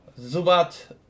Zubat